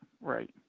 right